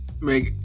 Make